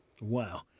Wow